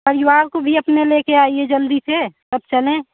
परिवार को भी अपने लेकर आइए जल्दी से सब चलें